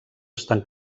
estan